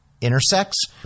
intersects